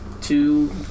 two